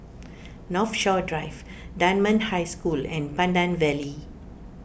Northshore Drive Dunman High School and Pandan Valley